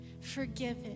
forgiven